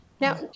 Now